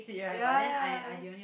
ya